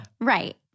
Right